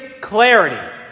clarity